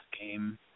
game